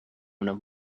enough